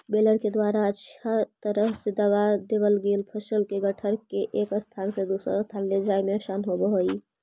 baler के द्वारा अच्छा तरह से दबा देवल गेल फसल के गट्ठर के एक स्थान से दूसर स्थान ले जाए में आसान होवऽ हई